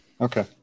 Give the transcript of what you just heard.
Okay